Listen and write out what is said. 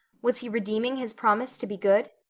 was he redeeming his promise to be good?